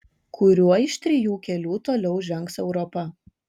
kuriuo iš trijų kelių toliau žengs europa